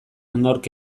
nork